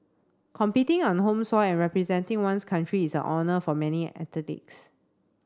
competing on home soil and representing one's country is a honour for many athletes